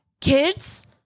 kids